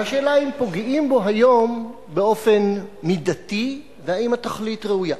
והשאלה היא אם פוגעים בו היום באופן מידתי ואם התכלית ראויה.